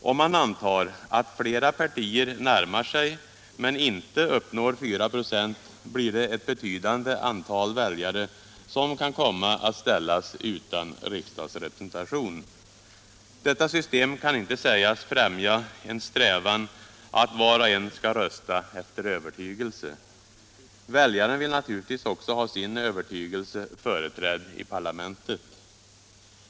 Om man antar att flera partier närmar sig men inte uppnår 4 96, kan ett betydande antal väljare komma att ställas utan riksdagsrepresentation. Detta system kan inte sägas främja en strävan att var och en skall rösta efter övertygelse. Väljaren vill naturligtvis ha sin övertygelse företrädd i parlamentet.